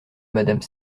madame